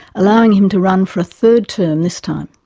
allowing him to run for a third term this time.